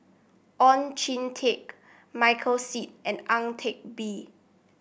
Oon Jin Teik Michael Seet and Ang Teck Bee